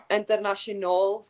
internationaal